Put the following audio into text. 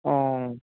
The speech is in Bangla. ও